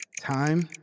Time